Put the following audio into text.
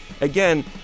Again